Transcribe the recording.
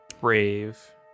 brave